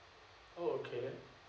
oh okay